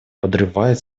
подрывает